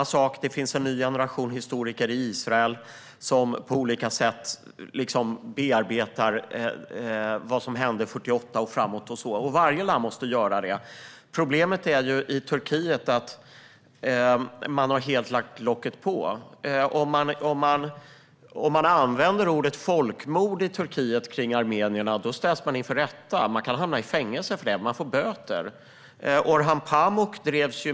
På samma sätt finns det en ny generation historiker i Israel som på olika sätt bearbetar vad som hände 1948 och framåt. Varje land måste göra detta. Problemet i Turkiet är att man helt har lagt locket på. Om man använder ordet folkmord när det gäller armenierna i Turkiet ställs man inför rätta. Man kan hamna i fängelse eller få böter för det.